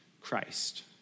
Christ